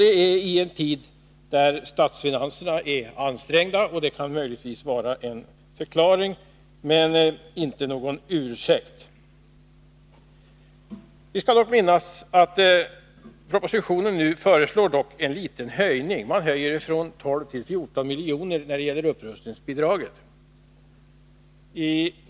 Det sker i en tid när statsfinanserna är ansträngda, vilket möjligtvis kan vara en förklaring, men inte någon ursäkt. Vi skall dock tänka på att man i propositionen nu föreslår en liten höjning av upprustningsbidraget från 12 till 14 miljoner.